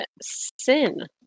Sin